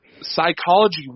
psychology